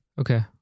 okay